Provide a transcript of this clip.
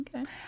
Okay